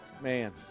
Man